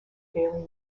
daily